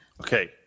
Okay